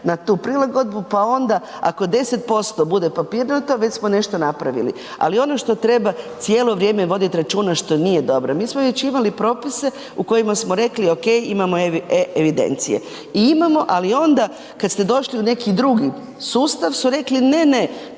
na tu prilagodbu, pa onda ako 10% bude papirnato već smo nešto napravili. Ali ono što treba cijelo vrijeme vodit računa, što nije dobro, mi smo već imali propise u kojima smo rekli ok imamo e-evidencije i imamo, ali onda kad ste došli u neki drugi sustav su rekli ne, ne